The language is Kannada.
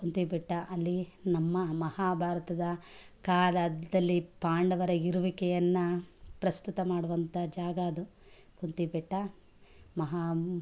ಕುಂತಿಬೆಟ್ಟ ಅಲ್ಲಿ ನಮ್ಮ ಮಹಾಭಾರತದ ಕಾಲದಲ್ಲಿ ಪಾಂಡವರ ಇರುವಿಕೆಯನ್ನ ಪ್ರಸ್ತುತ ಮಾಡುವಂಥ ಜಾಗ ಅದು ಕುಂತಿಬೆಟ್ಟ ಮಹಾ